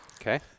okay